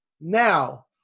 now